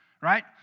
Right